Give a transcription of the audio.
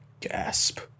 gasp